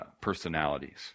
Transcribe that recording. personalities